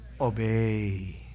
obey